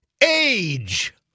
age